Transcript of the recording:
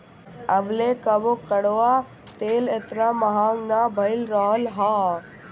अबले कबो कड़ुआ तेल एतना महंग ना भईल रहल हअ